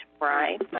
right